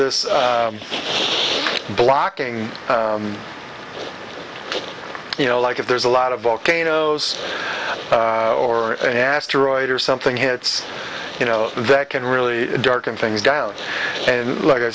this blocking you know like if there's a lot of volcanoes or an asteroid or something hits you know that can really dark and things down and like i